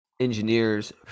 engineers